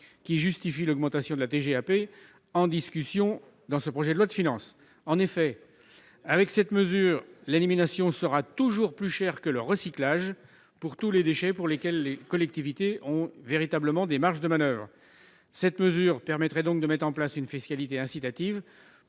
qui justifie l'augmentation de TGAP en discussion dans ce projet de loi de finances. En effet, avec cette mesure, l'élimination sera toujours plus chère que le recyclage pour tous les déchets pour lesquels les collectivités ont véritablement des marges de manoeuvre. Nous proposons donc une fiscalité incitative